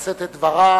לשאת את דבריה,